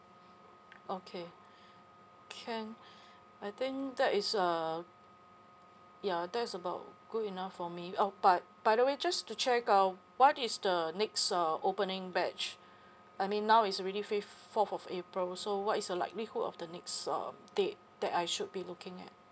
okay can I think that is uh ya that's about good enough for me uh but by the way just to check uh what is the next uh opening batch I mean now is already fifth fourth of april so what is a likelihood of the next uh date that I should be looking at